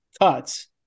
cuts